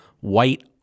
white